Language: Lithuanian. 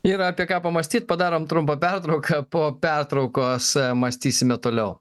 yra apie ką pamąstyt padarom trumpą pertrauką po pertraukos mąstysime toliau